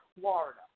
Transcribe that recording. Florida